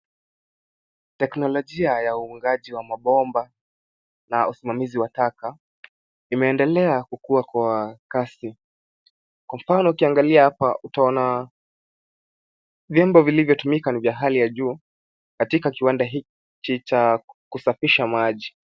Teknolojia ya uungaji wa mabomba na usimamizi wa taka, imeendelea kukua kwa kasi. Kwa mfano, ukiangalia hapa utaona vyombo vilivyotumika ni vya hali ya juu katika kiwanda hichi cha kusafisha maji.